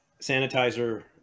sanitizer